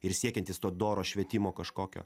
ir siekiantys to doro švietimo kažkokio